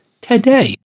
today